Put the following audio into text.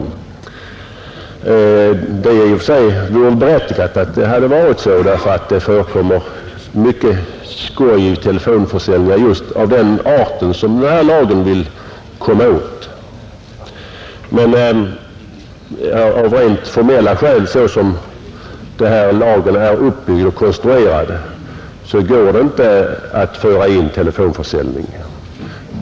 I och för sig vore det berättigat, eftersom det vid telefonförsäljning förekommer mycket skoj av just den art som denna lag vill komma åt. Men såsom denna lag är uppbyggd och konstruerad går det av rent formella skäl inte att föra in telefonförsäljning.